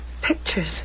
pictures